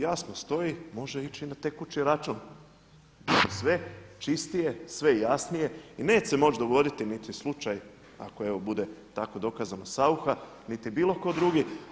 Jasno stoji može ići i na tekući račun, sve čistije, sve jasnije i neće se moći dogoditi niti slučaj ako evo bude tako dokazano Saucha niti bilo tko drugi.